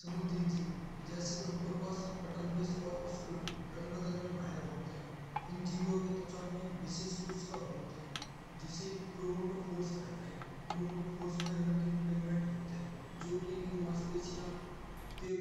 समुंद्री जीव जैसे ऑक्टोपस कटलफिश और स्क्विड रंग बदलने में माहिर होत हैं। इन जीव के त्वचा में विशेष कोशिका होत है। जिसे क्रोमैटोफोर्स कहते हैं क्रोमैटोफोर्स में रंगीन पिगमेंट होते हैं। जो कि इनके मांसपेशीय के